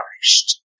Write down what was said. Christ